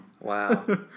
Wow